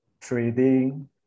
trading